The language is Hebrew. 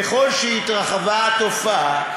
ככל שהתרחבה התופעה,